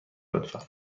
لطفا